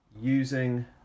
using